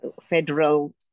federal